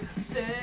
Say